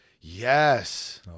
Yes